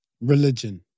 Religion